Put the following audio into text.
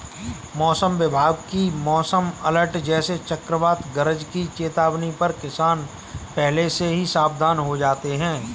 मौसम विभाग की मौसम अलर्ट जैसे चक्रवात गरज की चेतावनी पर किसान पहले से ही सावधान हो जाते हैं